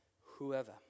whoever